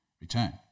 return